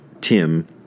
Tim